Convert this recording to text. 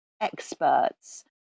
experts